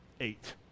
eight